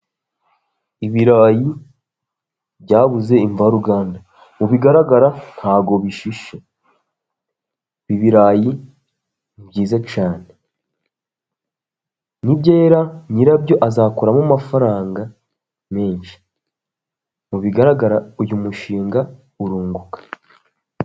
Ibirayi byabuze imvaruganda mubigaragara ntabwo bishishe, ibirayi ni byiza cyane, nyirabyo azakuramo amafaranga menshi, mu bigaragara uyu mushinga urunguka.